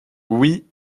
oui